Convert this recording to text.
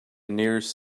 nearest